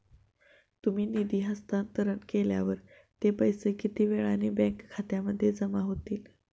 तुम्ही निधी हस्तांतरण केल्यावर ते पैसे किती वेळाने बँक खात्यात जमा होतील?